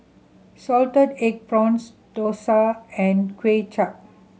salted egg prawns dosa and Kuay Chap